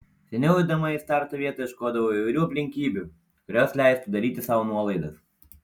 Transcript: seniau eidama į starto vietą ieškodavau įvairių aplinkybių kurios leistų daryti sau nuolaidas